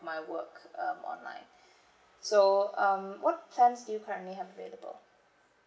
my work um online so um what plans do you currently have available